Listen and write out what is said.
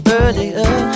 earlier